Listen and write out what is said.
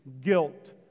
guilt